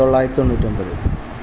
തൊള്ളായിരത്തി തൊണ്ണൂറ്റിയൊന്പത്